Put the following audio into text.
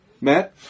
Matt